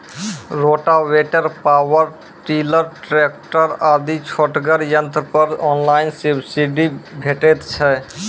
Rotavator, power tiller, tractor आदि छोटगर यंत्र पर ऑनलाइन सब्सिडी भेटैत छै?